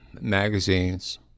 magazines